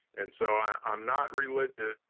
and so i'm not religious.